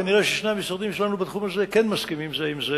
כנראה שני המשרדים שלנו בתחום הזה כן מסכימים זה עם זה.